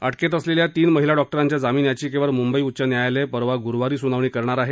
अटकेत असलेल्या तीन महिला डॉक्टरांच्या जामीन याचिकेवर मुंबई उच्च न्यायालय परवा गुरुवारी सुनावणी करणार आहे